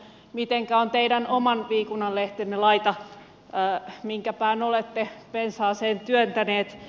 mitenkä on teidän oman viikunanlehtenne laita minkä pään olette pensaaseen työntäneet